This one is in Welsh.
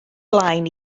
blaen